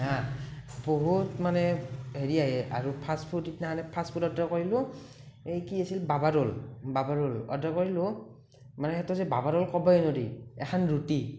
হাঁ বহুত মানে হেৰি আহে আৰু ফাষ্ট ফুড সিদিনাখনি ফাষ্ট ফুড অৰ্ডাৰ কৰিলোঁ এই কি আছিলে বাবা ৰোল বাবা ৰোল অৰ্ডাৰ কৰিলোঁ মানে সেইটো যে বাবা ৰোল ক'বই নোৱাৰি এখন ৰুটি